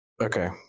Okay